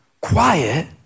quiet